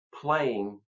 playing